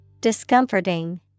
Discomforting